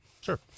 Sure